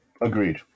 Agreed